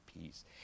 peace